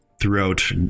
throughout